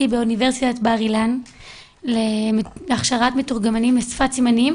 באוניברסיטת בר אילן להכשרת מתורגמנים לשפת סימנים